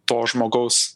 to žmogaus